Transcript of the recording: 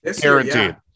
Guaranteed